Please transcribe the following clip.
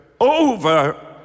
over